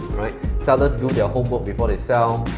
right? sellers do their homework before they sell,